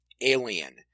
Alien